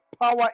power